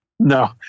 No